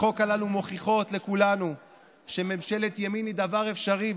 הצעות החוק הללו מוכיחות לכולנו שממשלת ימין היא דבר אפשרי,